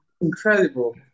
Incredible